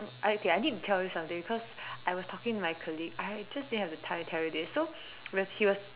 okay I need to tell you something cause I was talking to my colleague I just didn't have the time to tell you tell this so when he was